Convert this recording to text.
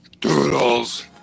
doodles